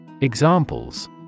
Examples